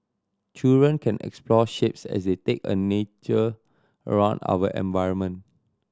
children can explore shapes as they take a nature around our environment